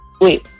Wait